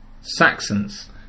Saxons